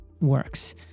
works